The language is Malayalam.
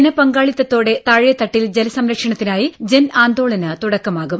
ജനപങ്കാളിത്തത്തോടെ താഴെത്തട്ടിൽ ജലസംരക്ഷണത്തിനായി ജൻ ആന്തോളനും തുടക്കമാകും